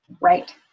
right